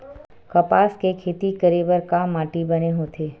कपास के खेती करे बर का माटी बने होथे?